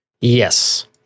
Yes